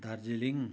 Darjeeling